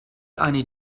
eine